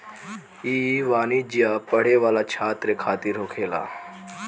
ई वाणिज्य पढ़े वाला छात्र खातिर होखेला